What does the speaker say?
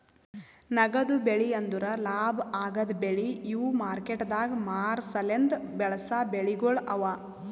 ನಗದು ಬೆಳಿ ಅಂದುರ್ ಲಾಭ ಆಗದ್ ಬೆಳಿ ಇವು ಮಾರ್ಕೆಟದಾಗ್ ಮಾರ ಸಲೆಂದ್ ಬೆಳಸಾ ಬೆಳಿಗೊಳ್ ಅವಾ